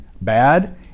bad